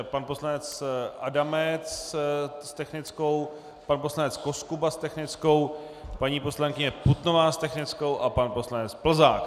Pan poslanec Adamec s technickou, pan poslanec Koskuba s technickou, paní poslankyně Putnová s technickou a pan poslanec Plzák.